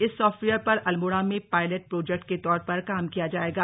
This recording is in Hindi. इस सॉफ्टवेयर पर अल्मोड़ा में पायलेट प्रोजेक्ट के तौर पर काम किया जायेगा